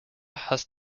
had